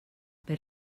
per